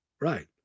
right